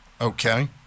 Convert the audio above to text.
Okay